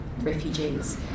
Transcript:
refugees